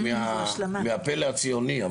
הם חלק מהפלא הציוני.